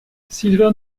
sylvain